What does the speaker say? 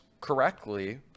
correctly